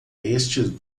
estes